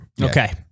okay